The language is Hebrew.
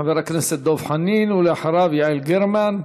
חבר הכנסת דב חנין, אחריו, יעל גרמן,